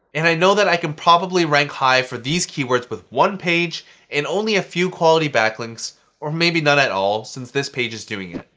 and i know that i can probably rank high for these keywords with one page and only a few quality backlinks or maybe none at all, since this page is doing it.